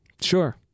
Sure